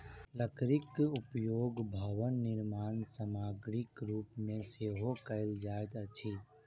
लकड़ीक उपयोग भवन निर्माण सामग्रीक रूप मे सेहो कयल जाइत अछि